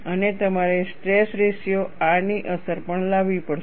અને તમારે stress ratio Rની અસર પણ લાવવી પડશે